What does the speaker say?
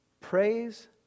Praise